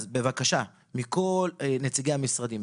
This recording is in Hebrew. אז בבקשה מכל נציגי המשרדים,